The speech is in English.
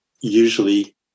usually